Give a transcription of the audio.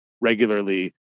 regularly